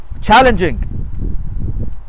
challenging